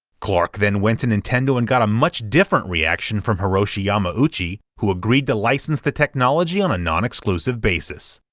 clark then went to nintendo and got a much different reaction from hiroshi yamauchi, who agreed to license the technology on a non-exclusive basis.